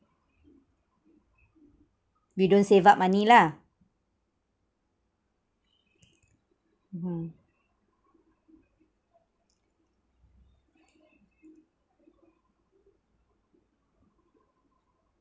we don't save up money lah mmhmm